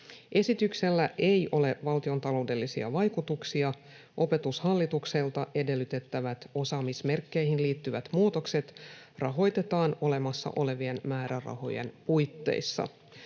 Esityksellä ei ole valtiontaloudellisia vaikutuksia. Opetushallitukselta edellytettävät osaamismerkkeihin liittyvät muutokset rahoitetaan olemassa olevien määrärahojen puitteissa.